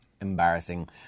Embarrassing